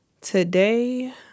Today